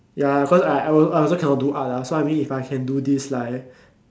ya cause I I also I also cannot do art uh so I mean if I can do this like